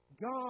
God